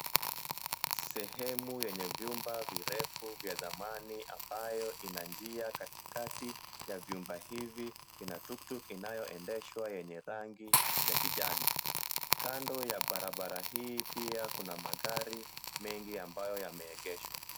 Sehemu yenye vyumba virefu vya zamani ambayo ina njia katikati ya vyumba hivi ina tuktuk inayoendeshwa yenye rangi ya kijani. Kando ya barabara hii pia kuna magari mengi ambayo yameegeshwa.